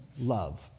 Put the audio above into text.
love